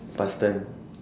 past time